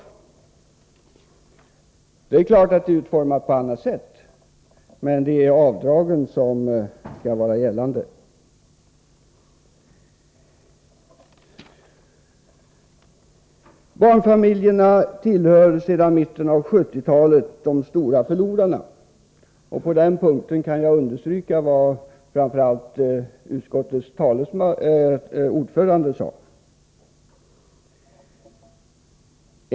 Förslaget är naturligtvis utformat på annat sätt, men det är avdragen som skall vara gällande. Barnfamiljerna tillhör sedan mitten av 1970-talet de stora förlorarna. På den punkten kan jag understryka vad framför allt socialutskottets ordförande sade.